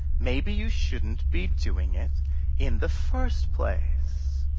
maybe you shouldn't be doing it in the first place.